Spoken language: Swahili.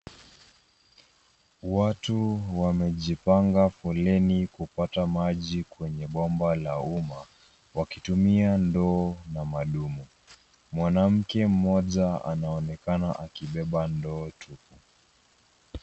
Watu wamejipanga foleni kupata maji kwenye bomba la umma, wakitumia ndoo na madumu. Mwanamke mmoja anaonekana akibeba ndoo tupu.